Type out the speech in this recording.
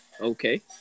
Okay